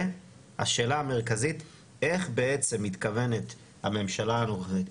והשאלה המרכזית איך בעצם מתכוונת הממשלה הנוכחית,